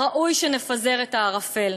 ראוי שנפזר את הערפל.